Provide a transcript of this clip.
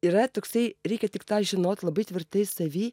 yra toksai reikia tik tą žinot labai tvirtai savy